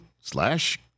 slash